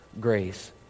grace